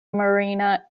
marina